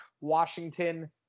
Washington